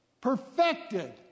perfected